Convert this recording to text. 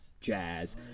jazz